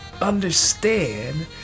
Understand